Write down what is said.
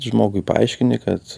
žmogui paaiškini kad